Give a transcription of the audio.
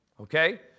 Okay